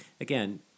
Again